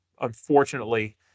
unfortunately